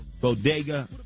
Bodega